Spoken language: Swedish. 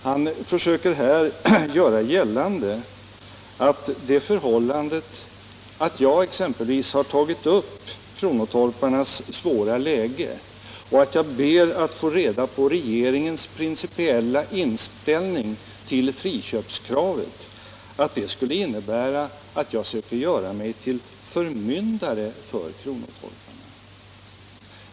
Han försöker nu göra gällande att det förhållandet att jag har tagit upp exempelvis kronotorparnas svåra läge och ber att få reda på regeringens principiella inställning till friköpskraven skulle innebära att jag skulle vilja göra mig till förmyndare för kronotorparna.